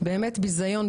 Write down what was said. ביזיון,